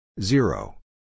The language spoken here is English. Zero